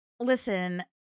Listen